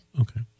Okay